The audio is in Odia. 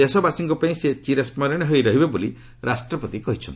ଦେଶବାସୀଙ୍କ ପାଇଁ ସେ ଚିରସ୍କରଣୀୟ ହୋଇ ରହିବେ ବୋଲି ରାଷ୍ଟ୍ରପତି କହିଚ୍ଛନ୍ତି